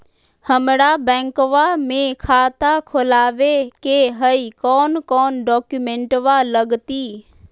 हमरा बैंकवा मे खाता खोलाबे के हई कौन कौन डॉक्यूमेंटवा लगती?